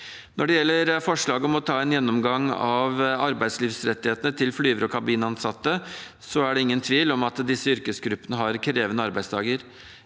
Når det gjelder forslaget om å ta en gjennomgang av arbeidslivsrettighetene til flygere og kabinansatte, er det ingen tvil om at disse yrkesgruppene har krevende arbeidsdager.